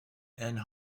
and